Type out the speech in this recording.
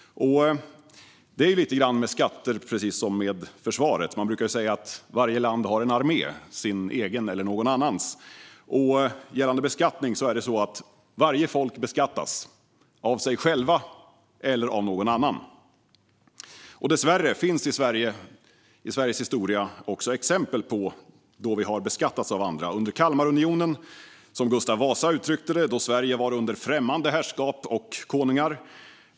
Det är med skatter precis som med försvaret. Man brukar ju säga att varje land har en armé - sin egen eller någon annans. Gällande beskattning är det så att varje folk beskattas - av sig själva eller av någon annan. Dessvärre finns i Sveriges historia också exempel på att vi har beskattats av andra. Så var det under Kalmarunionen då Sverige, som Gustav Vasa uttryckte det, var under främmande herrskap och konungar.